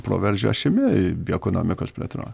proveržio ašimi bioekonomikos plėtroj